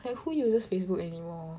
like who uses Facebook anymore